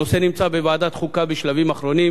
הנושא נמצא בוועדת חוקה בשלבים אחרונים